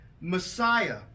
Messiah